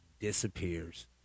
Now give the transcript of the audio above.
disappears